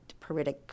paritic